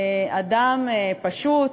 אדם פשוט.